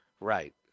Right